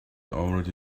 already